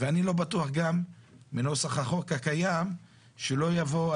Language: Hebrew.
ואני גם לא בטוח בנוסח החוק הקיים שלא יבואו,